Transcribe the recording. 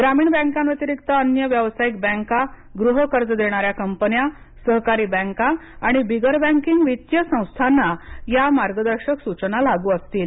ग्रामीण बैंकांव्यतिरिक्त अन्य व्यावसायिक बैंका गृह कर्ज देणाऱ्या कंपन्या सहकारी बँका आणि बिगर बैंकिंग वित्तीय संस्थांना या मार्गदर्शक सूचना लागू असतील